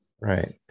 Right